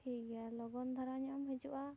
ᱴᱷᱤᱠ ᱜᱮᱭᱟ ᱞᱚᱜᱚᱱ ᱫᱷᱟᱨᱟ ᱧᱚᱜ ᱮᱢ ᱦᱤᱡᱩᱜᱼᱟ